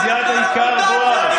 כל המוטציות, זיהה את העיקר, בועז.